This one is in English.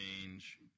change